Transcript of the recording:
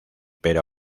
pero